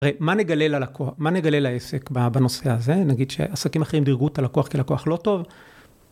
מה נגלה ללקוח... מה נגלה לעסק בנושא הזה? נגיד שעסקים אחרים דרגו את הלקוח כלקוח לא טוב?